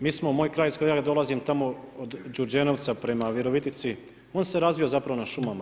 Mi smo, moj kraj iz kojeg ja dolazim tamo od Đurđenovca prema Virovitici on se razvio zapravo na šumama.